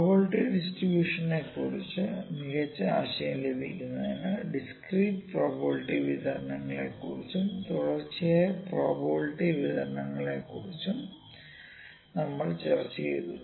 probability ഡിസ്ട്രിബ്യൂഷനുകളെക്കുറിച്ച് മികച്ച ആശയം ലഭിക്കുന്നതിന് ഡിസ്ക്രീറ്റ് പ്രോബബിലിറ്റി വിതരണങ്ങളെക്കുറിച്ചും തുടർച്ചയായ പ്രോബബിലിറ്റി വിതരണങ്ങളെക്കുറിച്ചും നമ്മൾ ചർച്ച ചെയ്തു